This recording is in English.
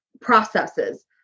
processes